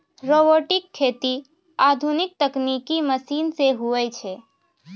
robotic खेती आधुनिक तकनिकी मशीन से हुवै छै